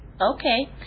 Okay